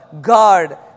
God